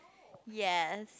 yes